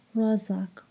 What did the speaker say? razak